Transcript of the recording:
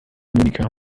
monika